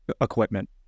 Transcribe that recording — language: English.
equipment